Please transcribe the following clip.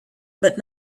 but